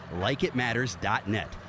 LikeItMatters.net